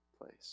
place